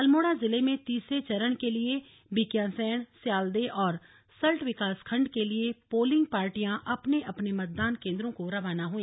अल्मोड़ा जिले में तीसरे चरण के लिए भिकियासँण स्याल्दे और सल्ट विकासखंड के लिए पोलिंग पार्टियां अपने अपने मतदान केन्द्रों को रवाना हुई